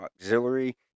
Auxiliary